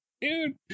Dude